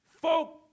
folk